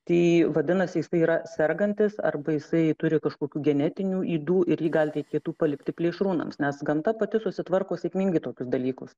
tai vadinasi jisai yra sergantis arba jisai turi kažkokių genetinių ydų ir jį gal reikėtų palikti plėšrūnams nes gamta pati susitvarko sėkmingai tokius dalykus